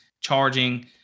charging